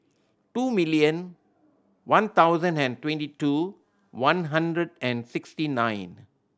two million one thousand and twenty two one hundred and sixty nine